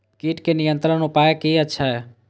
कीटके नियंत्रण उपाय कि छै?